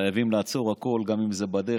חייבים לעצור הכול, גם אם זה בדרך.